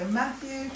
matthew